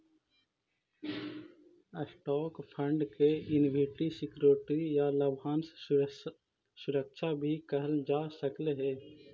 stock fund के equity security या लाभांश सुरक्षा भी कहल जा सकऽ हई